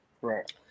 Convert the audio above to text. Right